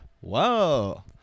Whoa